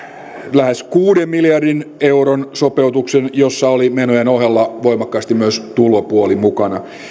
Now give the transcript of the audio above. lähes kuuden miljardin euron sopeutuksen jossa oli menojen ohella voimakkaasti myös tulopuoli mukana